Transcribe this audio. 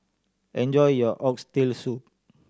enjoy your Oxtail Soup